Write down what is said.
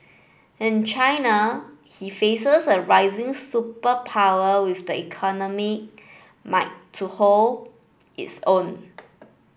in China he faces a rising superpower with the economy might to hold is own